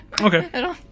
Okay